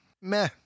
Meh